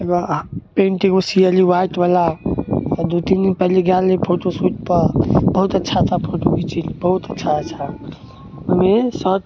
एगो आहा पैन्ट एगो सिएली व्हाइटवला आओर दुइ तीन दिन पहिले गेल रही फोटोशूटपर बहुत अच्छा अच्छा फोटो घिचैली बहुत अच्छा अच्छा ओहिमे शर्ट